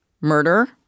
murder